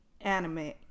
anime